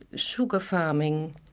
sugar farming,